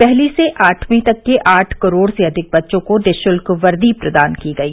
पहली से आठवीं कक्षा तक के आठ करोड़ से अधिक बच्चों को निःशुल्क वर्दी प्रदान की गई